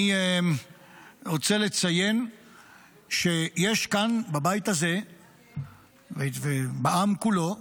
אני רוצה לציין שיש כאן, בבית הזה ובעם כולו,